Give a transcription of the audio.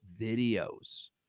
videos